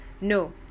no